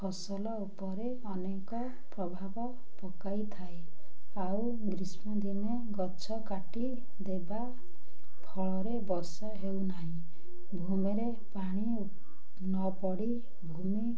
ଫସଲ ଉପରେ ଅନେକ ପ୍ରଭାବ ପକାଇ ଥାଏ ଆଉ ଗ୍ରୀଷ୍ମ ଦିନେ ଗଛ କାଟି ଦେବା ଫଳରେ ବର୍ଷା ହେଉ ନାହିଁ ଭୂମିରେ ପାଣି ନ ପଡ଼ି ଭୂମି